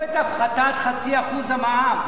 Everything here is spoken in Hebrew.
ביטלו את הפחתת 0.5% המע"מ.